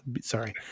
Sorry